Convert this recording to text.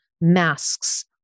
masks